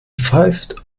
pfeift